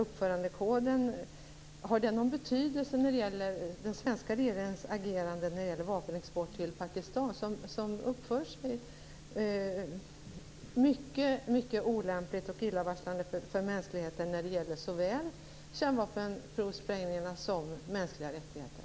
Pakistan, som uppför sig mycket olämpligt och illavarslande för mänskligheten när det gäller såväl kärnvapenprovsprängningar som mänskliga rättigheter?